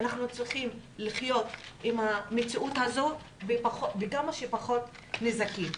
אנחנו צריכים להמשיך לחיות עם המציאות הזאת בכמה שפחות נזקים.